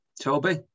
Toby